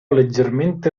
leggermente